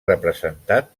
representat